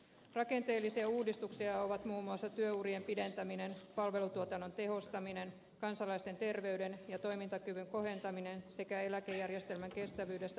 rakenteellisia uudistuksia ovat muun muassa työurien pidentäminen palvelutuotannon tehostaminen kansalaisten terveyden ja toimintakyvyn kohentaminen sekä eläkejärjestelmän kestävyydestä huolehtiminen